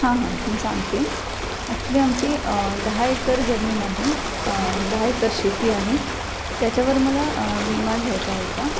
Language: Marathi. हां हां मी सांगते ॲक्च्युली आमची दहा एकर जमीन आहे दहा एकर शेती आहे त्याच्यावर मला विमा घ्यायचा होता